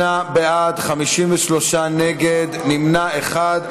38 בעד, 53 נגד, נמנע אחד.